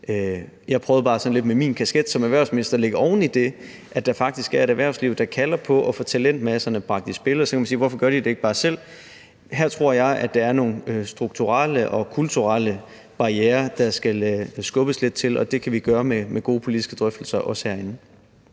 Jeg prøvede bare sådan lidt med min kasket som erhvervsminister på at lægge oven i det, at der faktisk er et erhvervsliv, der kalder på at få talentmasserne bragt i spil. Og så kan man spørge: Hvorfor gør de det ikke bare selv? Her tror jeg, at der er nogle strukturelle og kulturelle barrierer, der skal skubbes lidt til, og det kan vi gøre med gode politiske drøftelser, også herinde.